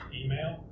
email